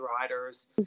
riders